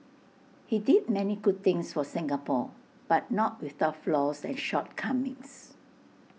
he did many good things for Singapore but not without flaws and shortcomings